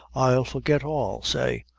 i'll forget all, say.